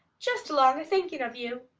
just along o' thinkin' of you.